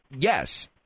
yes